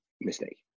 mistake